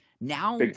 now